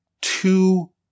two